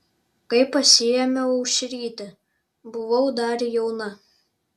kai pasiėmiau aušrytę buvau dar jauna